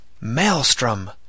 Maelstrom